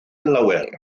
lawer